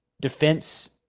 defense